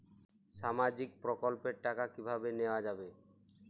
সামাজিক প্রকল্পের টাকা কিভাবে নেওয়া যাবে?